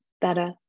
better